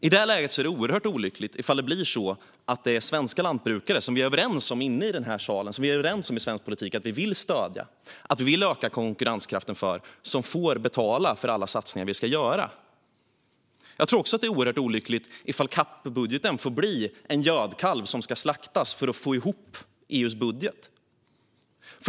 I det här läget är det oerhört olyckligt om det blir så att det är svenska lantbrukare, som vi är överens om i svensk politik att vi vill stödja och öka konkurrenskraften för, som får betala för alla satsningar som ska göras. Det är också oerhört olyckligt om CAP-budgeten får bli en gödkalv som ska slaktas för att få ihop EU:s budget.